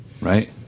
right